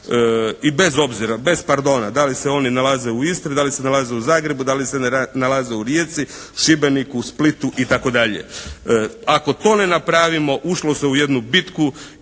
I bez obzira, bez pardona da li se oni nalaze u Istri, da li se nalaze u Zagrebu, da li se nalaze u Rijeci, Šibeniku, Splitu i tako dalje. Ako to ne napravimo ušlo se u jednu bitku